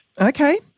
Okay